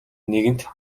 нэгэнт